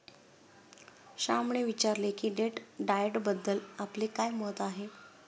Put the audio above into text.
श्यामने विचारले की डेट डाएटबद्दल आपले काय मत आहे?